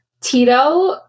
Tito